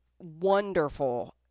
wonderful